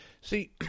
See